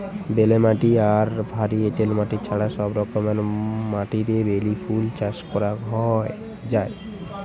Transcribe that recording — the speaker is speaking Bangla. বেলে মাটি আর ভারী এঁটেল মাটি ছাড়া সব রকমের মাটিরে বেলি ফুল চাষ করা যায়